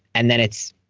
and then it's,